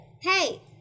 hey –